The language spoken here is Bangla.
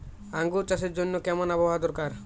আঙ্গুর চাষের জন্য কেমন আবহাওয়া দরকার?